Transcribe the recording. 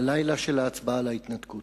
ללילה של ההצבעה על ההתנתקות.